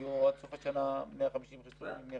שיגיעו עד סוף השנה 150,000 חיסונים.